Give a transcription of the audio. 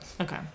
Okay